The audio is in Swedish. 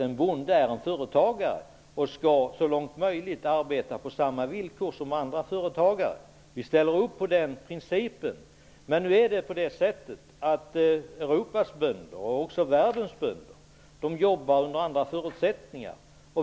En bonde är en företagare och skall så långt möjligt arbeta på samma villkor som andra företagare. Vi ställer upp på den principen. Men Europas och resten av världens bönder jobbar under andra förutsättningar.